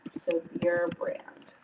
so beerbrnd. i'm